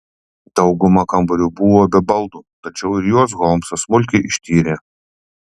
dauguma kambarių buvo be baldų tačiau ir juos holmsas smulkiai ištyrė